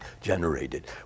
generated